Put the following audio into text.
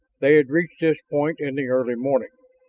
they had reached this point in the early morning,